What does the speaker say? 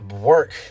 work